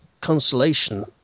consolation